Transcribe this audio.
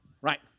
Right